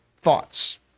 thoughts